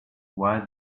why